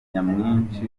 nyamwinshi